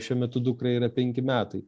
šiuo metu dukrai yra penki metai